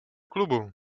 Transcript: klubu